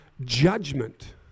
judgment